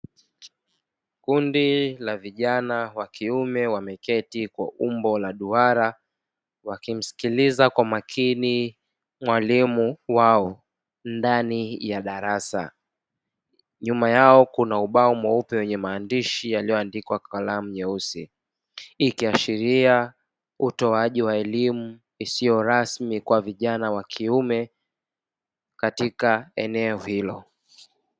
Kundi la vijana wa kiume wameketi kwa umbo la duara wakimsikiiza kwa makini mwalimu wao ndani ya darasa. Nyuma yao kuna ubao mweupe wenye maandishi yaliyoandikwa kwa kalamu nyeusi, ikiashiria utoaji wa elimu isiyo rasmi kwa vijana wakiume katika eneo hilo.